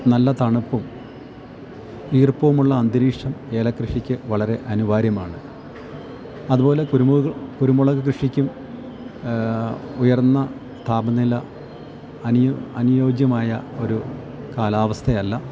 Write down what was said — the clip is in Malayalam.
നല്ല തണുപ്പും ഈർപ്പവുമുള്ള അന്തരീക്ഷം ഏലകൃഷിക്ക് വളരെ അനിവാര്യമാണ് അതുപോലെ കുരുമുളക് കൃഷിക്കും ഉയർന്ന താപനില അനിയോജ്യമായ ഒരു കാലാവസ്ഥയല്ല